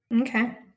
Okay